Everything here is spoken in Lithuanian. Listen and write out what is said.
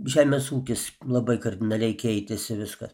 žemės ūkis labai kardinaliai keitėsi viskas